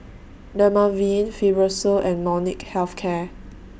Dermaveen Fibrosol and Molnylcke Health Care